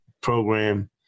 program